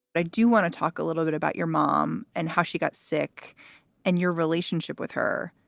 like do want to talk a little bit about your mom and how she got sick and your relationship with her.